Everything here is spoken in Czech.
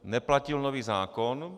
Neplatil nový zákon.